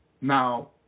now